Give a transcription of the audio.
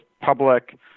public